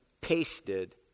pasted